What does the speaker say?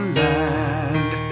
land